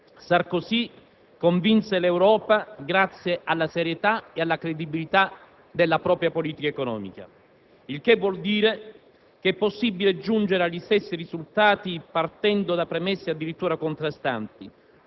Sarkozy convinse l'Europa grazie alla serietà e alla credibilità della propria politica economica; il che vuole dire che è possibile giungere agli stessi risultati partendo da premesse addirittura contrastanti: